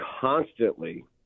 constantly